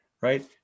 right